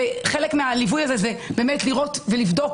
וחלק מהליווי הזה זה לראות ולבדוק